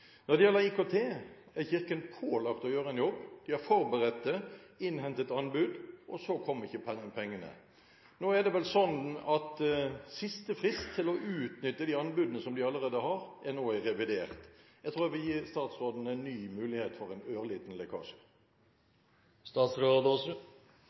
Når det gjelder IKT, er Kirken pålagt å gjøre en jobb. De har forberedt det, innhentet anbud, og så kom ikke pengene. Siste frist til å utnytte de anbudene de allerede har, er nå i revidert. Jeg tror jeg vil gi statsråden en ny mulighet for en ørliten lekkasje.